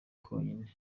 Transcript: konyine